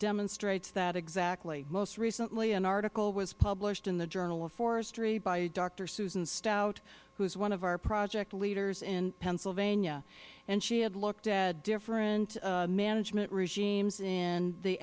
demonstrates that exactly most recently an article was published in the journal of forestry by doctor susan stout who is one of our project leaders in pennsylvania and she had looked at different management regimes in the